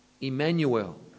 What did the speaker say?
Emmanuel